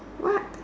what